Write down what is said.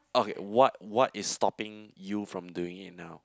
okay what what is stopping you from doing it now